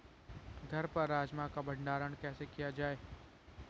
घर पर राजमा का भण्डारण कैसे किया जाय?